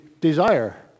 desire